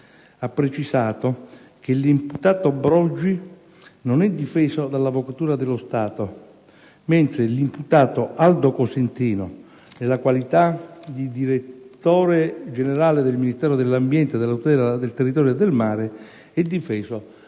ha precisato che l'imputato Brogi non è difeso dall'Avvocatura dello Stato, mentre 1'imputato Aldo Cosentino, nella qualità di direttore generale del Ministero dell'ambiente e della tutela del territorio e del mare, è difeso dall'Avvocatura